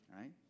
right